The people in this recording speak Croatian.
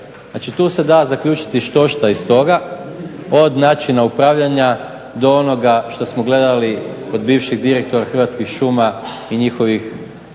Znači tu se da zaključiti štošta iz toga, od načina upravljanja do onoga što smo gledali kod bivših direktora Hrvatskih šuma i njihovih